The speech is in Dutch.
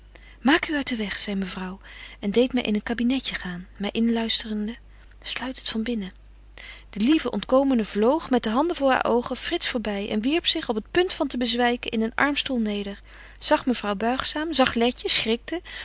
maak u uit den weg zei mevrouw en deedt my in een kabinetje gaan my inluisterende sluit het van binnen de lieve ontkomene vloog met de handen voor haar oogen frits voorby en wierp zich op het punt van te bezwyken in een armstoel neder zag mevrouw buigzaam zag letje